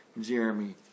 Jeremy